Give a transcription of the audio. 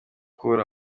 kubura